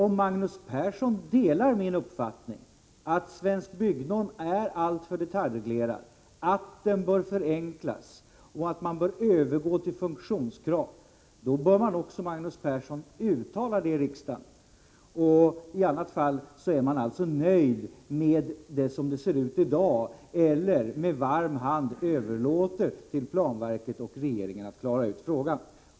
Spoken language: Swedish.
Om Magnus Persson delar min uppfattning att Svensk byggnorm är alltför detaljreglerad, att den bör förenklas och att man bör övergå till funktionskrav bör Magnus Persson verka för att riksdagen gör ett sådant uttalande. Om riksdagen underlåter att göra ett uttalande, måste man säga sig att riksdagen är nöjd med förhållandena eller också överlåter riksdagen med varm hand till planverket och regeringen att klara ut frågan.